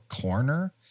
corner